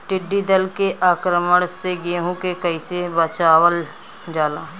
टिडी दल के आक्रमण से गेहूँ के कइसे बचावल जाला?